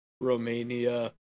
Romania